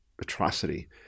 atrocity